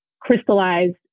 crystallized